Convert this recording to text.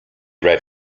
read